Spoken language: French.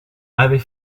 avait